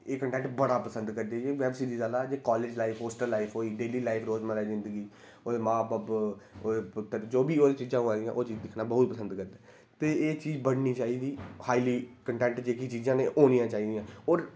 एह् कन्टैंट बड़ा पसंद करदे क्योंकि वैब सीरिज आह्ला जे कालेज लाईफ होस्टल लाईफ होई डेली लाईफ रोजमर्रा दी जिन्दगी ओह्दे मा बब्ब ओह्दे पुत्तर जो बी चीजां ओह्दे च होआ दियां ओह् चीजां दिक्खना बहुत पसंद करदे ते एह् चीज बननी चाहिदी हाईली कन्टैंट जेह्की चीजां न होनियां चाहिदियां होर